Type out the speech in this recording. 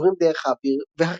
עוברים דרך האוויר והריק.